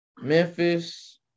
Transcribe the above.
Memphis